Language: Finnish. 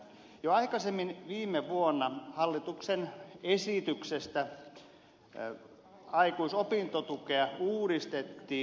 jo aikaisemmin viime vuonna hallituksen esityksestä aikuisopintotukea uudistettiin